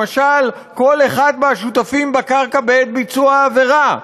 למשל, כל אחד מהשותפים בקרקע בעת ביצוע העבירה.